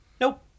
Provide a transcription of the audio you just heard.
Nope